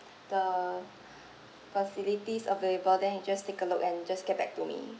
the facilities available then you just take a look and just get back to me